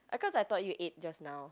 oh cause I thought you ate just now